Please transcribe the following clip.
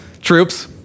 troops